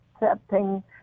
accepting